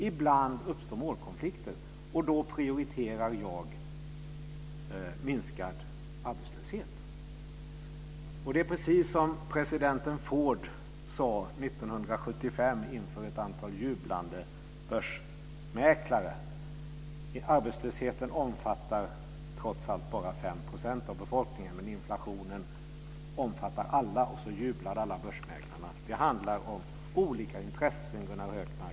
Ibland uppstår målkonflikter, och då prioriterar jag minskad arbetslöshet. Det är precis som president Ford sade 1975 inför ett antal jublande börsmäklare: Arbetslösheten omfattar trots allt bara 5 % av befolkningen, men inflationen omfattar alla. Då jublade alla börsmäklarna. Det handlar om olika intressen, Gunnar Hökmark.